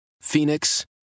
Phoenix